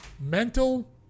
mental